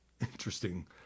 Interesting